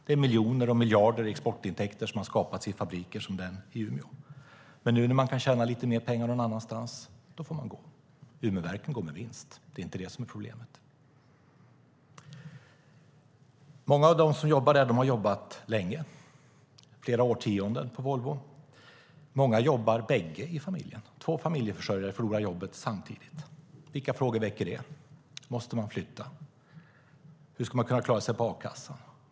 Det är miljoner och miljarder i exportintäkter som har skapats i fabriker som den i Umeå. Men nu när man kan tjäna lite mer pengar någon annanstans får de gå. Umeverken går med vinst. Det är inte det som är problemet. Många har jobbat länge, flera årtionden, på Volvo. I många familjer jobbar bägge där. Två familjeförsörjare förlorar jobbet samtidigt. Vilka frågor väcker det? Måste man flytta? Hur ska man kunna klara sig på a-kassan?